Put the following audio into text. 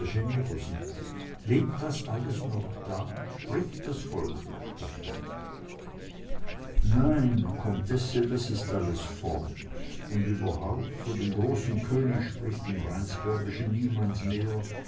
lebt das alles noch da spricht das volk noch davon nein comtesse das ist alles fort und überhaupt von dem großen könig spricht im rheinsbergischen niemand mehr